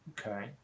okay